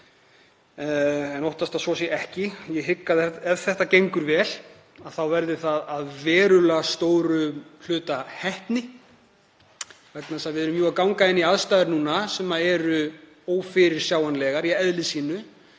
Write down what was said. ég óttast að svo sé ekki. Ég hygg að ef þetta gengur vel þá verði það að verulega stórum hluta heppni vegna þess að við erum jú að ganga inn í aðstæður núna sem eru ófyrirsjáanlegar í eðli sínu,